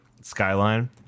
skyline